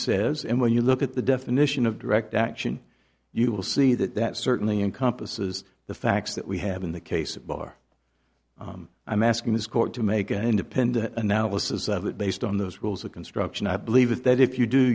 says and when you look at the definition of direct action you will see that that certainly encompasses the facts that we have in the case of bar i'm asking this court to make an independent analysis of it based on those rules of construction i believe that if you do